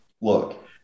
look